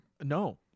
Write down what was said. No